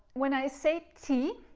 when i say t,